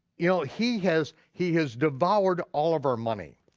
you know, he has he has devoured all of our money.